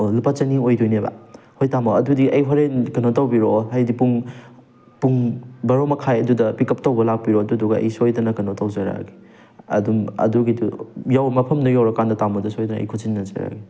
ꯑꯣ ꯂꯨꯄꯥ ꯆꯅꯤ ꯑꯣꯏꯗꯣꯏꯅꯦꯕ ꯍꯣꯏ ꯇꯥꯃꯣ ꯑꯗꯨꯗꯤ ꯑꯩ ꯍꯣꯔꯦꯟ ꯀꯩꯅꯣ ꯇꯧꯕꯤꯔꯛꯑꯣ ꯍꯥꯏꯗꯤ ꯄꯨꯡ ꯄꯨꯡ ꯕꯥꯔꯣ ꯃꯈꯥꯏ ꯑꯗꯨꯗ ꯄꯤꯛꯀꯞ ꯇꯧꯕ ꯂꯥꯛꯄꯤꯔꯣ ꯑꯗꯨꯒ ꯑꯩ ꯁꯣꯏꯗꯅ ꯀꯩꯅꯣ ꯇꯧꯖꯔꯛꯑꯒꯦ ꯑꯗꯨꯝ ꯑꯗꯨꯒꯤꯗ ꯌꯧ ꯃꯐꯝꯗꯣ ꯌꯧꯔꯀꯥꯟꯗ ꯇꯥꯃꯣꯗ ꯑꯩ ꯁꯣꯏꯗꯅ ꯈꯨꯠꯁꯤꯟꯅꯖꯔꯒꯦ